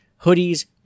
hoodies